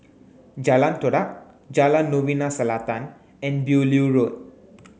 Jalan Todak Jalan Novena Selatan and Beaulieu Road